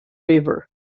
river